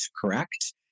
correct